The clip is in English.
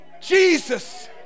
Jesus